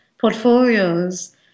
portfolios